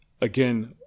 again